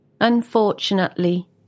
Unfortunately